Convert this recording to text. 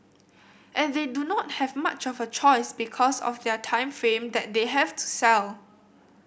and they do not have much of a choice because of their time frame that they have to sell